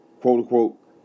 quote-unquote